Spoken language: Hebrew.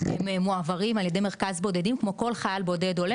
הם מועברים על ידי מרכז בודדים כמו כל חייל בודד עולה,